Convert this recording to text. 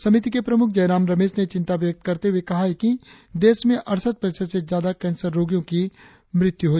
समिति के प्रमुख जयराम रमेश ने चिंता व्यक्त करते हुए कहा कि देश में अड़सठ प्रतिशत से ज्यादा कैंसर रोगियों की मृत्यु हो जाती है